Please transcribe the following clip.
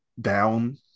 down